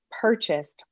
purchased